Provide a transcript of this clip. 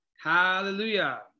Hallelujah